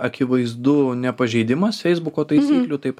akivaizdu nepažeidimas feisbuko taisyklių taip